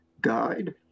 guide